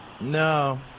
No